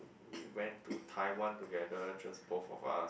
we went to Taiwan together just both of us